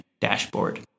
dashboard